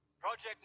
Project